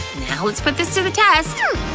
now let's put this to the test.